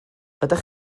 ydych